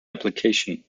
application